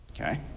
Okay